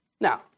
Now